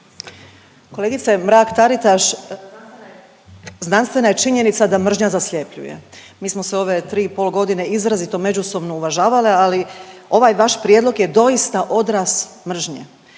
Kolegice Mrak Taritaš znanstvena je činjenica da mržnja zasljepljuje, mi smo se ove tri i pol godine izrazito međusobno uvažavale, ali ovaj vaš prijedlog je doista odraz mržnje.